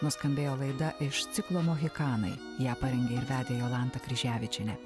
nuskambėjo laida iš ciklo mohikanai ją parengė ir vedė jolanta kryževičienė